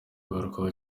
kugarukwaho